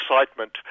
excitement